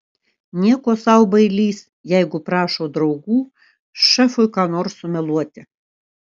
nieko sau bailys jeigu prašo draugų šefui ką nors sumeluoti